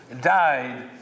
died